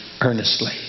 earnestly